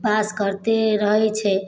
पास करिते रहै छै